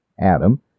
Adam